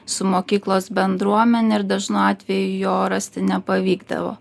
su mokyklos bendruomene ir dažnu atveju jo rasti nepavykdavo